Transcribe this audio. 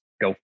go